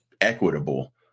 equitable